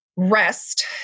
Rest